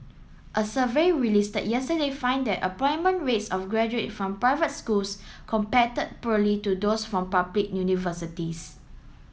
a survey release yesterday find that employment rates of graduate from private schools compare poorly to those from public universities